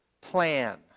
plan